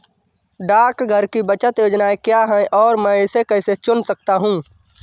डाकघर की बचत योजनाएँ क्या हैं और मैं इसे कैसे चुन सकता हूँ?